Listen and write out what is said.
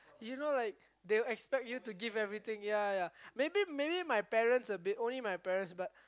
you know like they'll expect you to give everything ya ya maybe maybe my parents a bit only my parents but